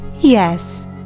Yes